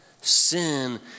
Sin